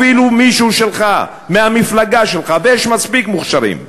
אפילו מישהו שלך, מהמפלגה שלך, ויש מספיק מוכשרים.